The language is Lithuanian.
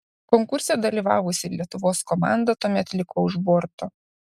konkurse dalyvavusi lietuvos komanda tuomet liko už borto